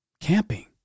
Camping